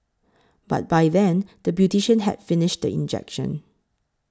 but by then the beautician had finished the injection